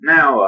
Now